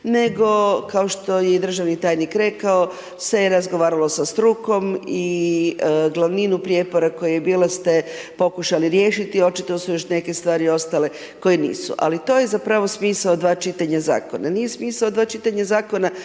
nego kao što je državni tajnik rekao se je razgovaralo sa strukom i glavninu prijepora koji je bilo ste pokušali riješiti očito su još neke stvari ostale koje nisu, ali to je zapravo smisao dva čitanja zakona. Nije smisao dva čitanja zakona